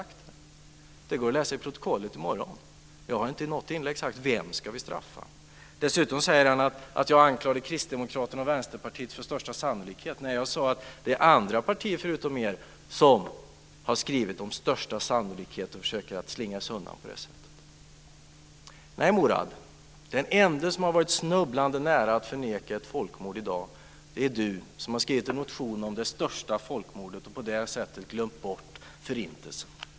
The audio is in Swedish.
Det går att läsa i protokollet i morgon. Jag har inte sagt det i något inlägg. Dessutom säger Murad Artin att jag anklagar Kristdemokraterna och Vänsterpartiet för att ha skrivit "med största sannolikhet", när jag sade att det är andra partier förutom de två som har skrivit om "största sannolikhet" och på det sättet försöker slingra sig undan. Nej, den ende som har varit snubblande nära att förneka ett folkmord i dag är Murad Artin själv, som har skrivit en motion om det största folkmordet och på det sättet glömt bort Förintelsen.